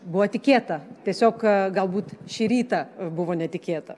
buvo tikėta tiesiog galbūt šį rytą buvo netikėta